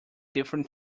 different